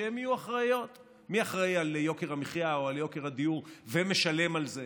שהן יהיו אחראיות: מי אחראי ליוקר המחיה או ליוקר הדיור ומשלם על זה